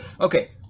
okay